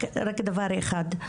רק דבר אחד,